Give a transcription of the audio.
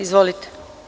Izvolite.